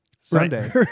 Sunday